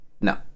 No